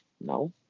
no